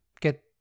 get